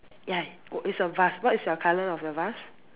ya it's a vase what is your color of your vase